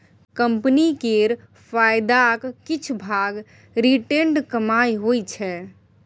company केर फायदाक किछ भाग रिटेंड कमाइ होइ छै